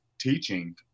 teaching